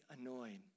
annoyed